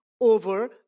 over